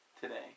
today